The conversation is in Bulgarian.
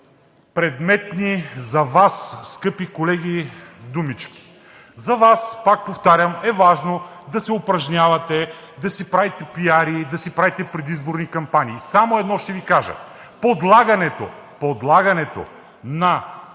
безпредметни за Вас, скъпи колеги, думички! За Вас, повтарям, е важно да се упражнявате, да си правите пиари, да си правите предизборни кампании. Само едно ще Ви кажа – подлагането на